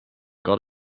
got